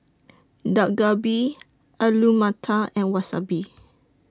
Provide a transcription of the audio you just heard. Dak Galbi Alu Matar and Wasabi